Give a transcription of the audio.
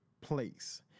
place